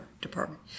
department